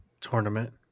tournament